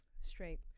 Straight